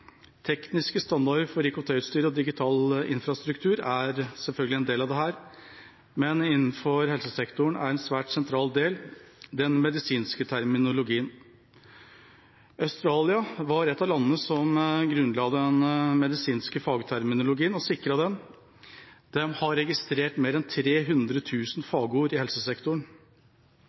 Tekniske standarder for IKT-utstyr og digital infrastruktur er selvfølgelig en del av dette, men innenfor helsesektoren er en svært sentral del den medisinske terminologien. Australia var et av landene som grunnla den medisinske fagterminologien og sikret den. De har registrert mer enn 300 000 fagord i helsesektoren.